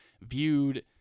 viewed